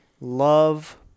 love